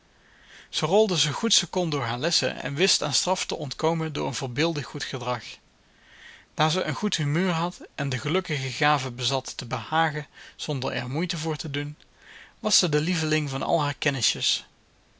ze rolde zoo goed ze kon door haar lessen en wist aan straf te ontkomen door een voorbeeldig goed gedrag daar ze een goed humeur had en de gelukkige gave bezat te behagen zonder er moeite voor te doen was ze de lieveling van al haar